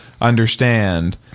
understand